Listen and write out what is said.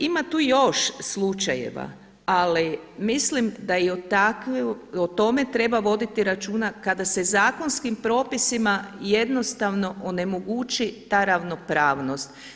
Ima tu još slučajeva, ali mislim da i o tome treba voditi računa kada se zakonskim propisima jednostavno onemogući ta ravnopravnost.